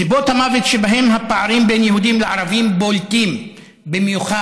סיבות המוות שבהן הפערים בין יהודים לערבים בולטים במיוחד,